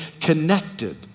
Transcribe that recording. connected